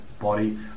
body